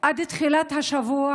עד תחילת השבוע.